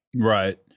Right